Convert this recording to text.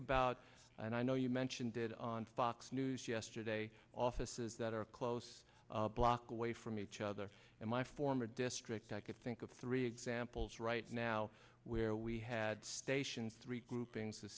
about and i know you mentioned it on fox news yesterday offices that are close block away from each other and my former district i could think of three examples right now where we had stations three grouping